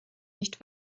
nicht